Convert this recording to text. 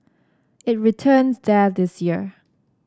it returns there this year